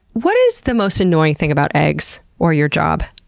what is the most annoying thing about eggs, or your job?